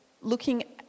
looking